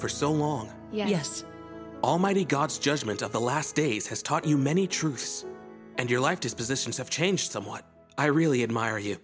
for so long yes almighty god's judgment of the last days has taught you many truths and your life dispositions have changed somewhat i really admire you